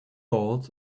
balls